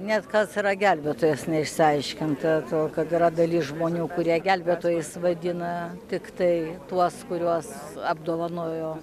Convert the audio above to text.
net kas yra gelbėtojas neišsiaiškinta tuo kad yra dalis žmonių kurie gelbėtojais vadina tiktai tuos kuriuos apdovanojo